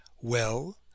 Well